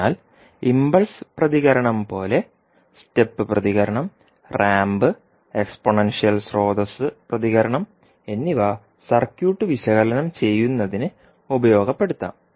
അതിനാൽ ഇംപൾസ് പ്രതികരണം പോലെ സ്റ്റെപ്പ് പ്രതികരണം റാമ്പ് എക്സ്പോണൻഷ്യൽ സ്രോതസ്സ് impulse response step response ramp and exponential source പ്രതികരണം എന്നിവ സർക്യൂട്ട് വിശകലനം ചെയ്യുന്നതിന് ഉപയോഗപ്പെടുത്താം